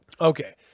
okay